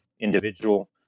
individual